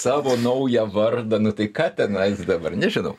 savo naują vardą nu tai ką tenai dabar nežinau